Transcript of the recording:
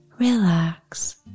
Relax